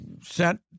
sent